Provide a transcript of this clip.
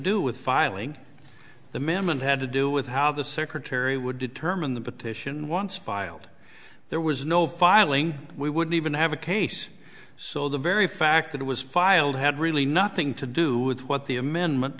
do with filing the minimum had to do with how the secretary would determine the petition once filed there was no filing we wouldn't even have a case so the very fact that it was filed had really nothing to do with what the amendment